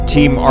Team